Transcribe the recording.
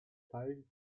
teilt